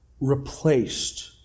replaced